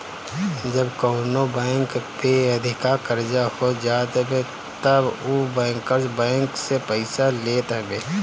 जब कवनो बैंक पे अधिका कर्जा हो जात हवे तब उ बैंकर्स बैंक से पईसा लेत हवे